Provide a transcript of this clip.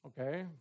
Okay